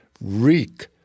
reek